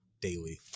daily